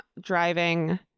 driving